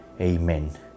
amen